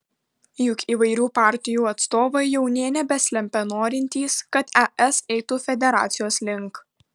juk įvairių partijų atstovai jau nė nebeslepia norintys kad es eitų federacijos link